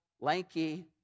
lanky